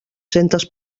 centes